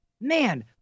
man